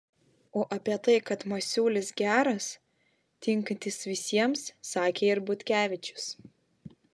o apie tai kad masiulis geras tinkantis visiems sakė ir butkevičius